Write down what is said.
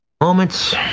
moments